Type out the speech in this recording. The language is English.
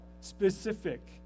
specific